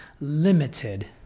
limited